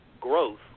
growth